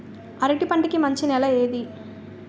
అరటి పంట కి మంచి నెల ఏది?